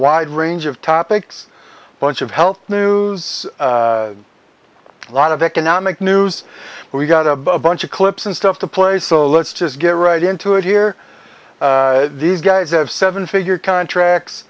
wide range of topics bunch of health news lot of economic news we got a bunch of clips and stuff to play so let's just get right into it here these guys have seven figure contracts